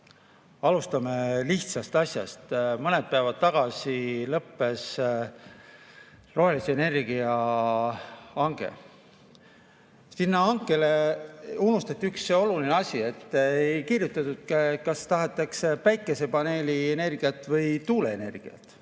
Alustame lihtsast asjast. Mõned päevad tagasi lõppes rohelise energia hange. Selle hanke puhul unustati üks oluline asi: ei kirjutatud, kas tahetakse päikesepaneelienergiat või tuuleenergiat.